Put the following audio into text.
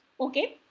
okay